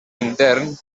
intern